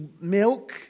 milk